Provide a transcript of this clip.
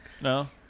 No